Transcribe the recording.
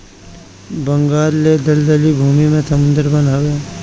बंगाल ले दलदली भूमि में सुंदर वन हवे